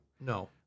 No